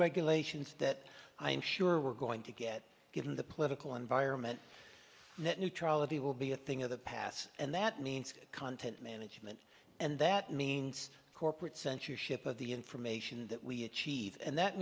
regulations that i'm sure we're going to get given the political environment net neutrality will be a thing of the past and that means content management and that means corporate censorship of the information that we achieve and that